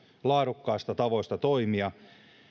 laadukkaista tavoista toimia